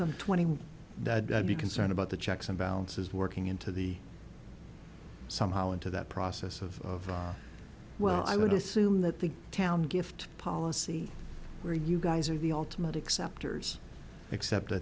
one that would be concerned about the checks and balances working into the somehow into that process of well i would assume that the town gift policy where you guys are the ultimate except hers except i